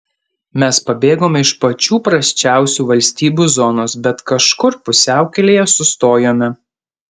mes pabėgome iš pačių prasčiausių valstybių zonos bet kažkur pusiaukelėje sustojome